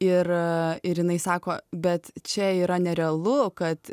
ir ir jinai sako bet čia yra nerealu kad